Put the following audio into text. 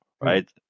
Right